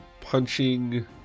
punching